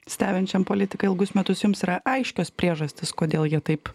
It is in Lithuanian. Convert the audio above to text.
stebinčiam politiką ilgus metus jums yra aiškios priežastys kodėl jie taip